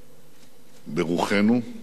ברוחנו,